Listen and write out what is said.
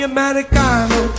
Americano